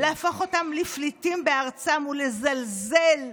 להפוך אותם לפליטים בארצם ולזלזל,